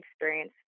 experience